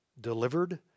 delivered